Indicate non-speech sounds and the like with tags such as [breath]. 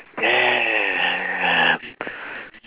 damn [breath]